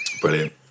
Brilliant